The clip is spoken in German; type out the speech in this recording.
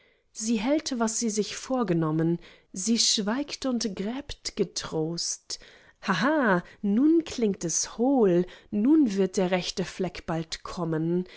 sie hält was sie sich vorgenommen sie schweigt und gräbt getrost ha ha nun klingt es hohl nun wird der rechte fleck bald kommen